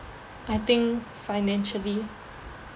I think financially